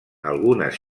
algunes